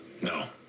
No